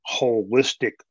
holistic